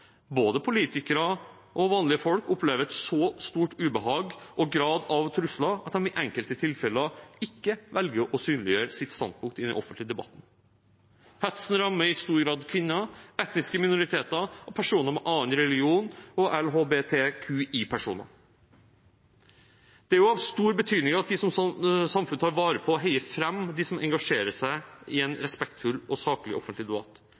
både politikere og vanlige folk, opplever et så stort ubehag og så stor grad av trusler at de i enkelte tilfeller ikke velger å synliggjøre sitt standpunkt i den offentlige debatten. Hetsen rammer i stor grad kvinner, etniske minoriteter, personer med annen religion og LHBTQI-personer. Det er av stor betydning at vi som samfunn tar vare på og heier fram de som engasjerer seg i en respektfull og saklig offentlig debatt.